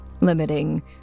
limiting